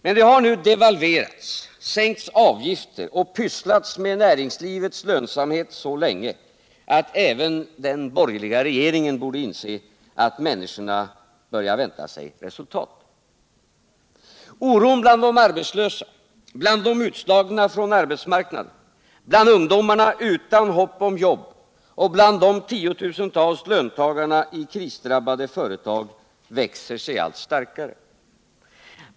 Men det har nu devalverats, sänkts avgifter och pysslats med näringslivets lönsamhet så länge, att även den borgerliga regeringen borde inse att människorna börjar vänta sig resultat. Oron bland de arbetslösa, bland dem som är utslagna från arbetsmarknaden, bland ungdomarna utan hopp om jobb och bland de tiotusentals löntagarna i krisdrabbade företag växer sig allt starkare.